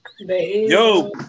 Yo